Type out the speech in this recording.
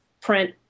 print